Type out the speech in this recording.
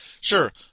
Sure